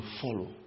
follow